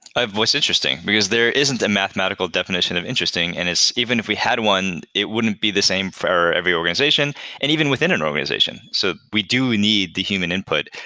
of what's interesting. because there isn't a mathematical definition of interesting, and even if we had one, it wouldn't be the same for every organization and even within an organization. so we do need the human input.